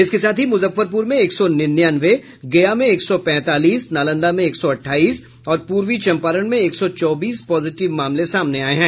इसके साथ ही मुजफ्फरपुर में एक सौ निन्यानवे गया में एक सौ पैंतालीस नालंदा में एक सौ अट्ठाईस और पूर्वी चंपारण में एक सौ चौबीस पॉजिटिव मामले सामने आये हैं